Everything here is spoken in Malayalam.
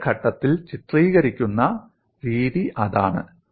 അടുത്ത ഘട്ടത്തിൽ ചിത്രീകരിച്ചിരിക്കുന്ന രീതി അതാണ്